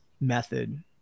method